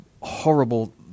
horrible